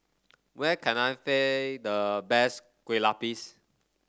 where can I the best Kue Lupis